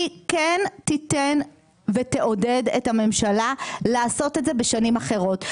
היא כן תיתן ותעודד את הממשלה לעשות את זה בשנים אחרות.